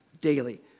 daily